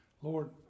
Lord